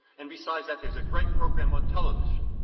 and besides that, there's a great program on television.